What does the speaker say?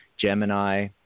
Gemini